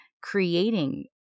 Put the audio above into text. creating